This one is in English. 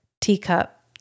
teacup